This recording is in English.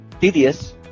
tedious